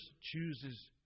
chooses